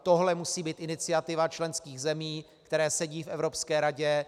Tohle musí být iniciativa členských zemí, které sedí v Evropské radě.